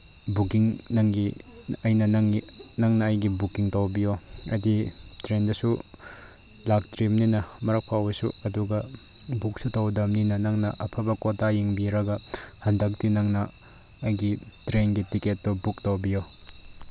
booking ꯅꯪꯒꯤ ꯑꯩꯅ ꯅꯪꯒꯤ ꯅꯪꯅ ꯑꯩꯒꯤ ꯕꯨꯀꯤꯡ ꯇꯧꯕꯤꯌꯣ ꯑꯩꯗꯤ ꯇ꯭ꯔꯦꯟꯗꯁꯨ ꯂꯥꯛꯇ꯭ꯔꯤꯕꯅꯤꯅ ꯑꯃꯔꯛ ꯐꯥꯎꯕꯁꯨ ꯑꯗꯨꯒ ꯕꯨꯛꯁꯨ ꯇꯧꯗꯕꯅꯤꯅ ꯅꯪꯅ ꯑꯐꯕ ꯀꯣꯇꯥ ꯌꯦꯡꯕꯤꯔꯒ ꯍꯟꯗꯛꯇꯤ ꯅꯪꯅ ꯑꯩꯒꯤ ꯇ꯭ꯔꯦꯟꯒꯤ ꯇꯤꯀꯦꯠꯇꯣ ꯕꯨꯛ ꯇꯧꯕꯤꯌꯣ